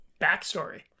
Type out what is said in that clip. Backstory